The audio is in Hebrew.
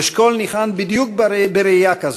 אשכול ניחן בדיוק בראייה כזו: